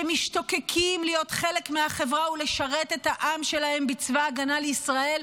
שמשתוקקים להיות חלק מהחברה ולשרת את העם שלהם בצבא ההגנה לישראל,